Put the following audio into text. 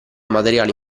materiale